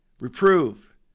reprove